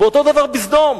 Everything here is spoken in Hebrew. ואותו הדבר בסדום.